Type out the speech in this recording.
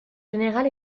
général